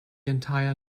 entire